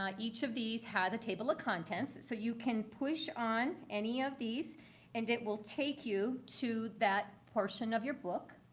each of these has a table of contents. so you can push on any of these and it will take you to that portion of your book.